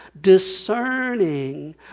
discerning